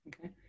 Okay